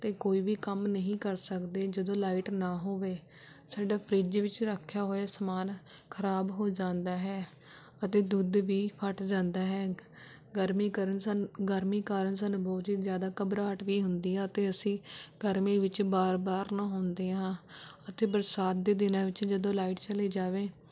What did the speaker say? ਅਤੇ ਕੋਈ ਵੀ ਕੰਮ ਨਹੀਂ ਕਰ ਸਕਦੇ ਜਦੋਂ ਲਾਈਟ ਨਾ ਹੋਵੇ ਸਾਡਾ ਫਰਿੱਜ਼ ਵਿੱਚ ਰੱਖਿਆ ਹੋਇਆ ਸਮਾਨ ਖਰਾਬ ਹੋ ਜਾਂਦਾ ਹੈ ਅਤੇ ਦੁੱਧ ਵੀ ਫੱਟ ਜਾਂਦਾ ਹੈ ਗਰਮੀ ਕਾਰਨ ਸਾਨੂੰ ਗਰਮੀ ਕਾਰਨ ਸਾਨੂੰ ਬਹੁਤ ਹੀ ਜ਼ਿਆਦਾ ਘਬਰਾਹਟ ਵੀ ਹੁੰਦੀ ਹੈ ਅਤੇ ਅਸੀਂ ਗਰਮੀ ਵਿੱਚ ਵਾਰ ਵਾਰ ਨਹਾਉਂਦੇ ਹਾਂ ਅਤੇ ਬਰਸਾਤ ਦੇ ਦਿਨਾਂ ਵਿੱਚ ਜਦੋਂ ਲਾਈਟ ਚਲੀ ਜਾਵੇ